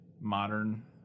modern